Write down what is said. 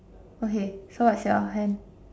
okay so what's your hand